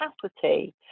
capacity